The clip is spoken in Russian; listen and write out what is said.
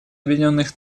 объединенных